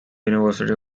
university